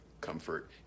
comfort